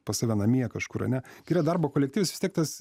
pas save namie kažkur ane kai yra darbo kolektyvas vis tiek tas